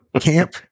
camp